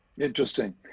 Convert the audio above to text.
interesting